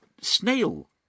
snail